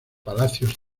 palacios